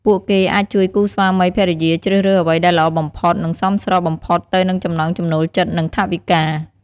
ពួកគេអាចជួយគូស្វាមីភរិយាជ្រើសរើសអ្វីដែលល្អបំផុត និងសមស្របបំផុតទៅនឹងចំណង់ចំណូលចិត្ត និងថវិកា។